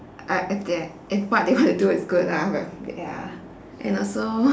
uh if they if what they wanna do is good lah but ya and also